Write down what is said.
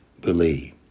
believe